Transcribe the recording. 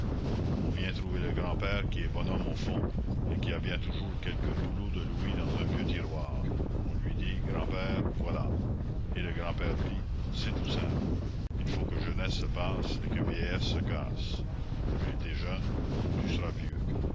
on vient trouver le grand-père qui est bonhomme au fond et qui a bien toujours quelques rouleaux de louis dans un vieux tiroir on lui dit grand-père voilà et le grand-père dit c'est tout simple il faut que jeunesse se passe et que vieillesse se casse j'ai été jeune tu seras vieux